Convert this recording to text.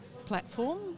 Platform